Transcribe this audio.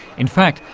in fact,